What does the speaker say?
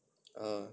uh